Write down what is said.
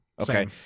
okay